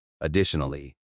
Additionally